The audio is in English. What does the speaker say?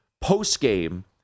post-game